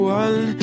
one